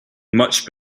much